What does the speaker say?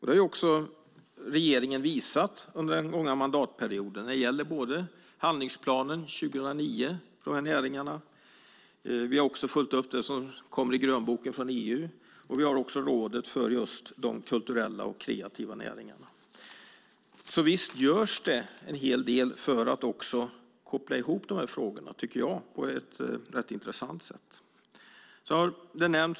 Det har regeringen visat under den gångna mandatperioden med handlingsplanen 2009 för de här näringarna. Vi har också följt upp det som kommer i grönboken från EU, och vi har rådet för de kulturella och kreativa näringarna. Det görs alltså en hel del för att koppla ihop dessa frågor på ett intressant sätt. Fru talman!